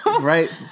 Right